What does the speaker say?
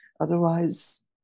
Otherwise